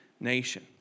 nation